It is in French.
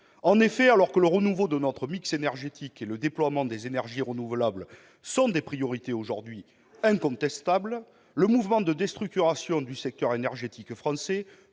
En effet, alors que le renouveau de notre mix énergétique et le déploiement des énergies renouvelables sont des priorités aujourd'hui incontestables, le mouvement de déstructuration du secteur énergétique français